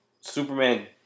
Superman